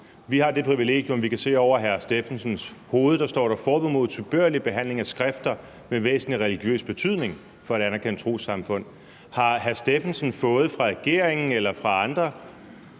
Vi har det privilegium, at vi kan se, at over hr. Jon Stephensens hoved står der: forbud mod utilbørlig behandling af skrifter med væsentlig religiøs betydning for et anerkendt trossamfund. Har hr. Jon Stephensen fra regeringen eller andre